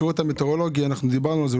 השירות המטאורולוגי דיברנו על זה,